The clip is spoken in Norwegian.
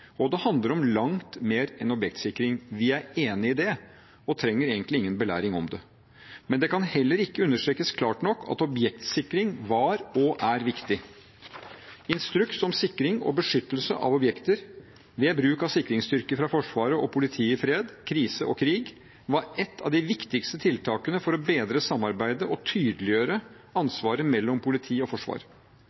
Og det handler om langt mer enn objektsikring. Vi er enig i det og trenger egentlig ingen belæring om det. Men det kan heller ikke understrekes klart nok at objektsikring var og er viktig. Instruks om sikring og beskyttelse av objekter ved bruk av sikringsstyrker fra Forsvaret og politiet i fred, krise og krig var et av de viktigste tiltakene for å bedre samarbeidet og tydeliggjøre ansvaret mellom politiet og